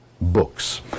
books